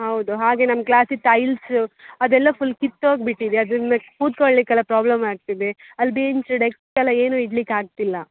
ಹೌದು ಹಾಗೆ ನಮ್ಮ ಕ್ಲಾಸಿದ್ದು ಟೈಲ್ಸು ಅದೆಲ್ಲ ಫುಲ್ ಕಿತ್ತೋಗಿ ಬಿಟ್ಟಿದೆ ಅದರಿಂದ ಕೂತ್ಕೊಳ್ಳಿಕ್ಕೆ ಎಲ್ಲ ಪ್ರಾಬ್ಲಮ್ ಆಗ್ತಿದೆ ಅಲ್ಲಿ ಬೇಂಚ್ ಡೆಸ್ಕ್ ಎಲ್ಲ ಏನು ಇಡ್ಲಿಕ್ಕೆ ಆಗ್ತಿಲ್ಲ